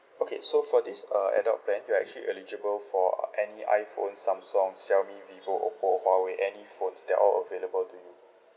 okay so for this uh adult plan you're actually eligible for any iphone samsung xiaomi vivo oppo huawei any phones they're all available to you